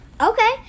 okay